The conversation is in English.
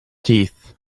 teeth